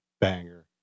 banger